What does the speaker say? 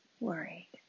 worried